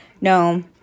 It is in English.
No